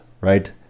right